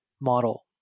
model